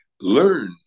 learn